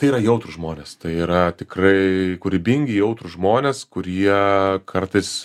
tai yra jautrūs žmonės tai yra tikrai kūrybingi jautrūs žmonės kurie kartais